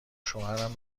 شوهرم